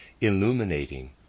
illuminating